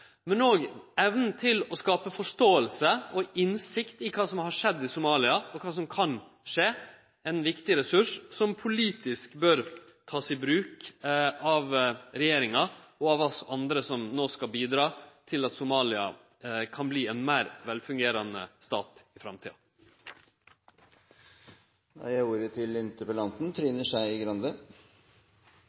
men òg evna til å skape forståing og innsikt i kva som har skjedd i Somalia, og kva som kan skje – ein viktig ressurs som politisk bør verte teke i bruk av regjeringa og av oss andre som no skal bidra til at Somalia kan verte ein meir velfungerande stat i